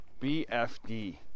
BFD